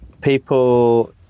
people